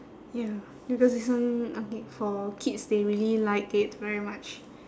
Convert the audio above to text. ya because this one okay for kids they really like it very much